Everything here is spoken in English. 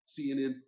CNN